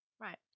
right